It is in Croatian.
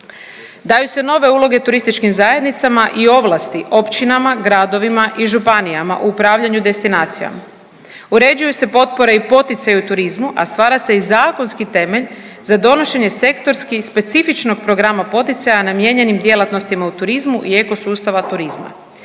Daju se nove uloge turističkim zajednicama i ovlasti općinama, gradovima i županijama u upravljanju destinacijama. Uređuju se potpore i poticaji u turizmu, a stvara se i zakonski temelj za donošenje sektorski specifičnog programa poticaja namijenjenim djelatnostima u turizmu i ekosustava turizma.